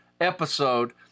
episode